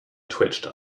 twitched